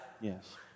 yes